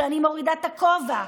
אני מורידה את הכובע,